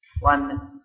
one